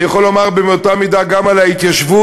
אני יכול לומר באותה מידה גם על ההתיישבות,